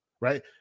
right